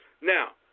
Now